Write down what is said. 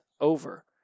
over